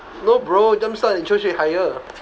no bro jump start interest rate higher